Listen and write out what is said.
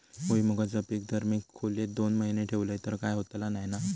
भुईमूगाचा पीक जर मी खोलेत दोन महिने ठेवलंय तर काय होतला नाय ना?